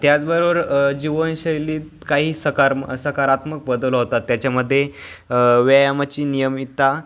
त्याचबरोबर जीवनशैलीत काही सकारम सकारात्मक बदल होतात त्याच्यामध्ये व्यायामाची नियमितता